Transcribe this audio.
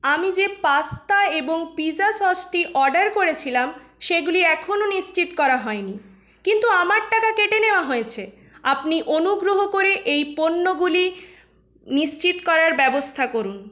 আমি যে পাস্তা এবং পিৎজা সসটি অর্ডার করেছিলাম সেগুলি এখনও নিশ্চিত করা হয়নি কিন্তু আমার টাকা কেটে নেওয়া হয়েছে আপনি অনুগ্রহ করে এই পণ্যগুলি নিশ্চিত করার ব্যবস্থা করুন